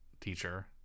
teacher